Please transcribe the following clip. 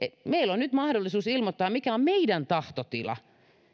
meillä on nyt mahdollisuus ilmoittaa mikä on meidän tahtotilamme